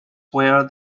where